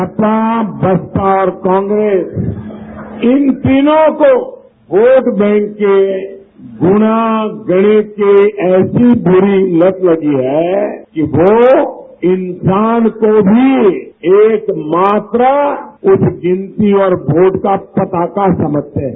सपा बसपा और कांग्रेस इन तीनों को वोट बैंक के गुणा गणित की ऐसी डुरी लत लगी है कि वह इंसान को भी एकमात्र उस गिनती और वोट का पताका समझते हैं